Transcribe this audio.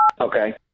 Okay